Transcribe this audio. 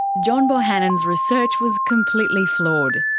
john bohannon's research was completely flawed.